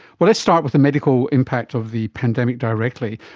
well, let's start with the medical impact of the pandemic directly.